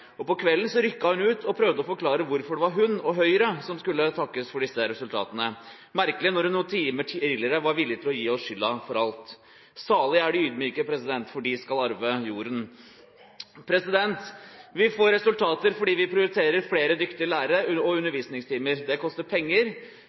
feil. På kvelden rykket hun ut og prøvde å forklare hvorfor det var hun og Høyre som skulle takkes for disse resultatene – merkelig, når hun noen timer tidligere var villig til å gi oss skylden for alt. Salige er de ydmyke, for de skal arve jorden. Vi får resultater fordi vi prioriterer flere dyktige lærere og